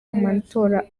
amatora